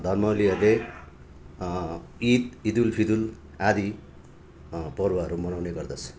धर्मवालीहरूले ईद इदुलफितर आदि पर्वहरू मनाउने गर्दछ